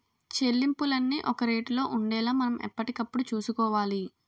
చెల్లింపులన్నీ ఒక రేటులో ఉండేలా మనం ఎప్పటికప్పుడు చూసుకోవాలి